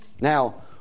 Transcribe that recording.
Now